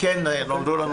נולדו לנו